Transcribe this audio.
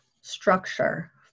structure